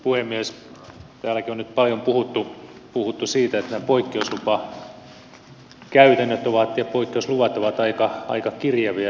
täälläkin on nyt paljon puhuttu siitä että nämä poikkeuslupakäytännöt ja poikkeusluvat ovat aika kirjavia